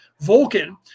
Vulcan